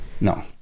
no